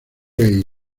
race